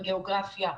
הגיאוגרפיה,